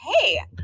Hey